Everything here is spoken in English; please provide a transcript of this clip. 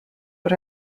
but